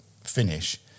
finish